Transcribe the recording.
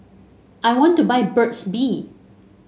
I want to buy Burt's Bee